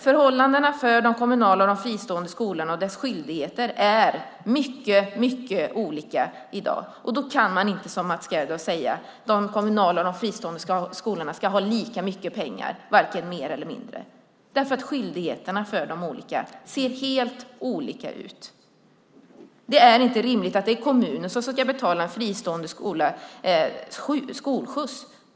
Förhållandena för de kommunala och de fristående skolorna och deras skyldigheter är mycket olika i dag. Då kan man inte, som Mats Gerdau gör, säga: De kommunala och de fristående skolorna ska ha lika mycket pengar, varken mer eller mindre. Skyldigheterna för dem ser nämligen helt olika ut. Det är inte rimligt att det är kommunen som ska betala en fristående skolas skolskjuts.